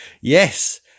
Yes